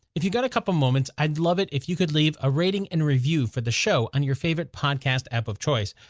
if you've got a couple moments i'd love it if you could leave a rating and review for the show on your favorite podcast app of choice.